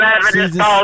Season